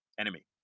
enemy